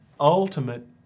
Ultimate